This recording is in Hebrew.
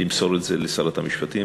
למסור את זה לשרת המשפטים